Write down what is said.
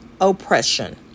oppression